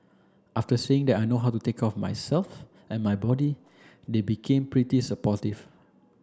after seeing that I know how to take care of myself and my body they've become pretty supportive